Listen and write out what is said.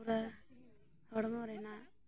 ᱯᱩᱨᱟᱹ ᱦᱚᱲᱢᱚ ᱨᱮᱱᱟᱜ